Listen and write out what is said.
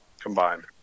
combined